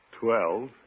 twelve